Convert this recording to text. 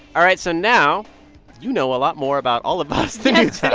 all right. so now you know a lot more about all of us than